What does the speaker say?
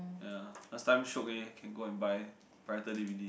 ya last time shiok eh can go and buy pirated d_v_d